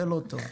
זה לא טוב.